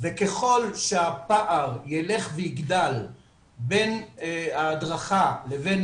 וככל שהפער יילך ויגדל בין ההדרכה לבין